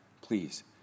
Please